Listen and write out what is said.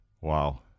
Wow